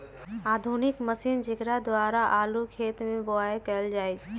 आधुनिक मशीन जेकरा द्वारा आलू खेत में बाओ कएल जाए छै